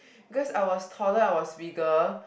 cause I was taller I was bigger